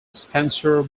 spencer